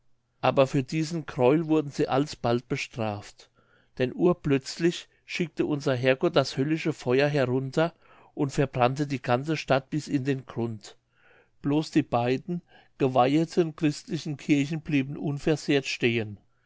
aber für diesen gräul wurden sie alsbald bestraft denn urplötzlich schickte unser herr gott das höllische feuer herunter und verbrannte die ganze stadt bis in den grund bloß die beiden geweiheten christlichen kirchen blieben unversehrt stehen